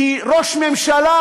כי ראש ממשלה,